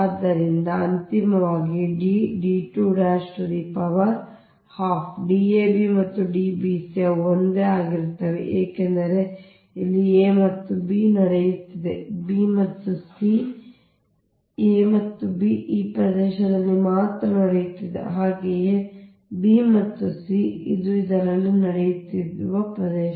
ಆದ್ದರಿಂದ ಅಂತಿಮವಾಗಿ ಅದು ಅಂದರೆ ಆದ್ದರಿಂದ D ab ಮತ್ತು D bc ಅವು ಒಂದೇ ಆಗಿರುತ್ತವೆ ಏಕೆಂದರೆ ಇಲ್ಲಿ a ಮತ್ತು b ನಡೆಯುತ್ತಿದೆ b ಮತ್ತು c a ಮತ್ತು b ಈ ಪ್ರದೇಶದಲ್ಲಿ ಮಾತ್ರ ನಡೆಯುತ್ತಿದೆ ಹಾಗೆಯೇ b ಮತ್ತು c ಇದು ಇದರಲ್ಲಿ ನಡೆಯುತ್ತಿದೆ ಪ್ರದೇಶ